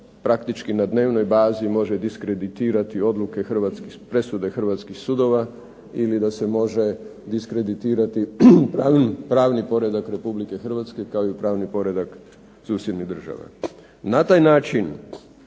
Na taj način